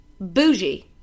bougie